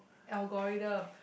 Algoriddim